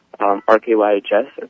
RKYHS